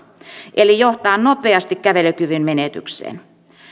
eli johtaa nopeasti kävelykyvyn menetykseen